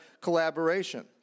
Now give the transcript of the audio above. collaboration